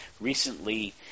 recently